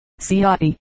Siati